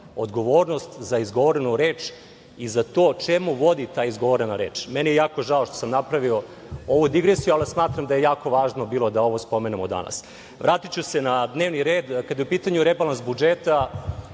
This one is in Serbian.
odgovornost za izgovorenu reč i za to čemu vodi ta izgovorena reč. Meni je jako žao što sam napravio ovu digresiju ali smatram da je jako važno bilo da ovo spomenemo danas. Vratiću se na dnevni red, jer kad je u pitanju rebalans budžeta,